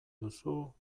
duzu